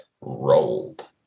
rolled